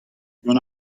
gant